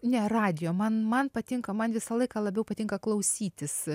ne radijo man man patinka man visą laiką labiau patinka klausytis